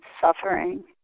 suffering